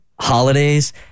holidays